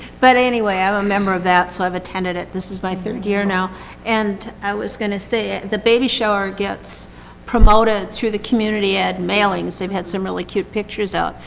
but anyway, i'm a member of that so i've attended it. this is my third year now and i was gonna say, ah the baby shower gets promoted through the community at mailings. they had some really cute pictures out.